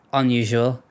unusual